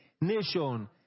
nation